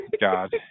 God